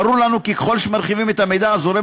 ברור לנו כי ככל שמרחיבים את המידע הזורם